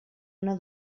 una